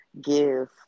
give